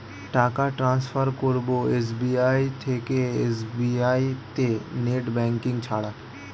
টাকা টান্সফার করব এস.বি.আই থেকে এস.বি.আই তে নেট ব্যাঙ্কিং ছাড়া?